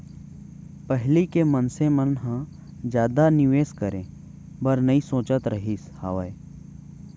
पहिली के मनसे मन ह जादा निवेस करे बर नइ सोचत रहिस हावय